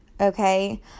Okay